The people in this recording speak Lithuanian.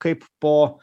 kaip po